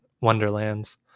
wonderlands